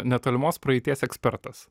netolimos praeities ekspertas